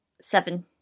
seven